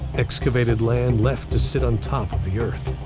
excavated land left to sit on top of the earth.